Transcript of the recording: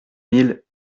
mille